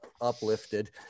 uplifted